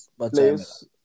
place